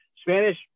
Spanish